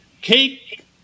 cake